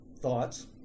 thoughts